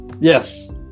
Yes